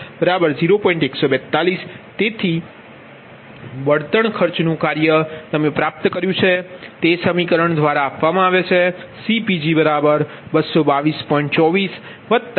તેથી બળતણ ખર્ચનું કાર્ય તમે પ્રાપ્ત કર્યું છે તે સમીકરણ દ્વારા આપવામાં આવે છે CPg222